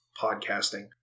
podcasting